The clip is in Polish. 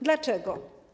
Dlaczego?